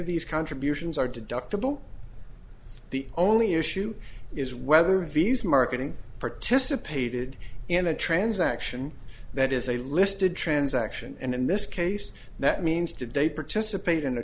of these contributions are deductible the only issue is whether v's marketing participated in a transaction that is a listed transaction and in this case that means did they participate in a